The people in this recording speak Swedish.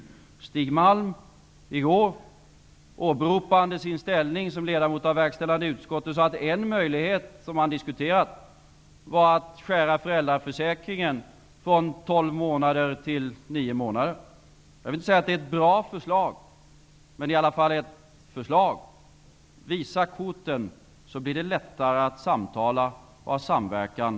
I går sade Stig Malm, åberopande sin ställning som ledamot i verkställande utskottet, att en möjlighet som man diskuterat var att skära ner föräldraförsäkringen från tolv månader till nio månader. Jag vill inte säga att det är ett bra förslag, men det är i alla fall ett förslag. Visa korten så blir det lättare att samtala och ha samverkan!